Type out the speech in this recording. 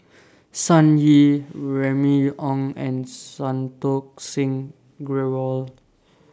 Sun Yee Remy Ong and Santokh Singh Grewal